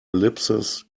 ellipses